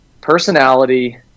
personality